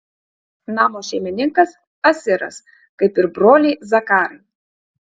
namo šeimininkas asiras kaip ir broliai zakarai